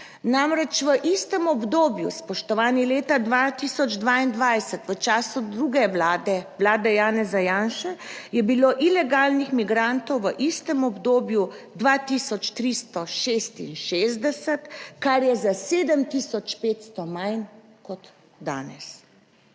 Namreč, v istem obdobju, spoštovani leta 2022, v času druge vlade, Vlade Janeza Janše, je bilo ilegalnih migrantov v istem obdobju 2366, kar je za 7500 manj kot danes.